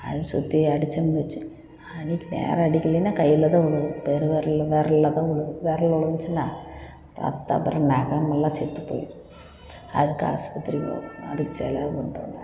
அது சுத்தியலை அடித்தோம்னு வச்சிக்கங்க ஆணி நேராக அடிக்கலனா கையில் தான் விழுவும் பெருவிரல்ல விரல்ல தான் விழுவும் விரல்ல விழுந்துச்சினா ரத்தம் அப்புறம் நகமெல்லாம் செத்து போயிடும் அதுக்கு ஆஸ்பத்திரி போகணும் அதுக்கு செலவு பண்ணணும்